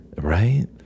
right